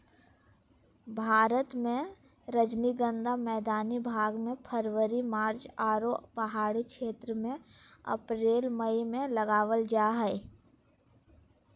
भारत मे रजनीगंधा मैदानी भाग मे फरवरी मार्च आरो पहाड़ी क्षेत्र मे अप्रैल मई मे लगावल जा हय